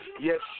Yes